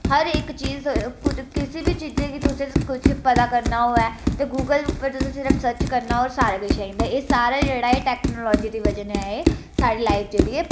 हर एक्क चीज कुज किसी बी चीज़ै गी तुसें किश पता करना होऐ ते गूगल उप्पर तुसें सिर्फ सर्च करना होर सारा किश आई जंदा ते एह सारा जेह्ड़ा ऐ टेक्नोलाजी दी बजह ने ऐ स्हाड़ी लाइफ जेह्ड़ी